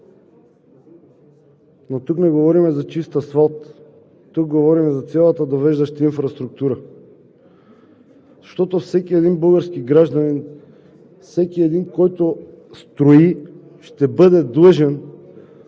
Но тук не говорим за чист асфалт, тук говорим за цялата довеждаща инфраструктура. Защото всеки един български гражданин, всеки един, който строи, ще бъде длъжен